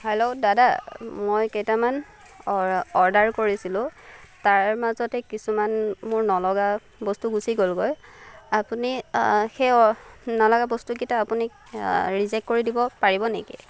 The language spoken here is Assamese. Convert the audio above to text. হেল্লো দাদা মই কেইটামান অৰ্ডাৰ কৰিছিলোঁ তাৰে মাজতে কিছুমান মোৰ নলগা বস্তু গুচি গ'ল গৈ আপুনি সেই নলগা বস্তুকেইটা আপুনি ৰিজেক্ট কৰি দিব পাৰিব নেকি